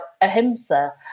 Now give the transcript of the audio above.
ahimsa